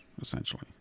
essentially